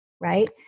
right